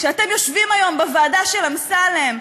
כשאתם יושבים היום בוועדה של אמסלם,